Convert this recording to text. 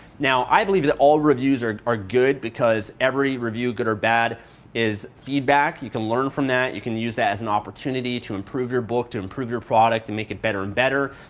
now, i believe that all reviews are good because every review good or bad is feedback. you can learn from that. you can use that as an opportunity to improve your book, to improve your product to make it better and better.